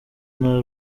nta